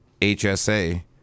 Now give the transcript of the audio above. HSA